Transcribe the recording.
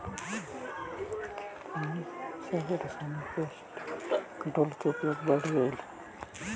खेत सब में रासायनिक पेस्ट कंट्रोल के उपयोग बढ़ गेलई हे